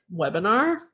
webinar